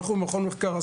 אנחנו מכון מחקר,